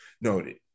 noted